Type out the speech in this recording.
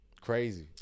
Crazy